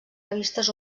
revistes